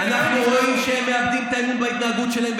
אנחנו רואים שהם מאבדים את האמון בהתנהגות שלהם,